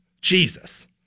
Jesus